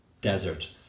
desert